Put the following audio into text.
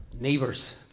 neighbors